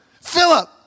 Philip